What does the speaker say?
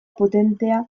potentea